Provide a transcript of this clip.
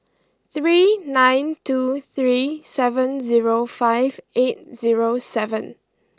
three nine two three seven zero five eight zero seven